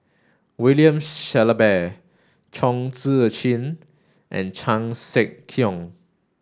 William Shellabear Chong Tze Chien and Chan Sek Keong